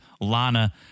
Lana